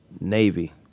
Navy